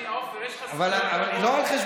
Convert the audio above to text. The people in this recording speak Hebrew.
מול בלפור, ביתו הפרטי, משפחתו,